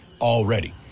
already